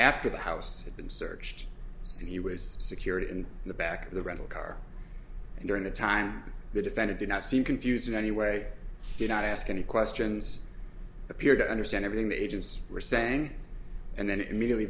after the house and searched us security in the back of the rental car during the time the defendant did not seem confused in any way did not ask any questions appeared to understand everything the agents were saying and then immediately